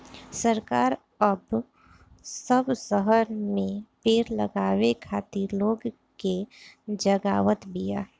सरकार अब सब शहर में पेड़ लगावे खातिर लोग के जगावत बिया